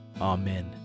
Amen